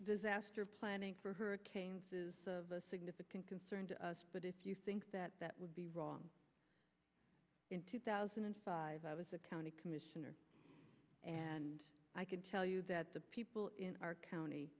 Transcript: disaster planning for hurricanes is of significant concern to us but if you think that that would be wrong in two thousand and five i was a county commissioner and i can tell you that the people in our county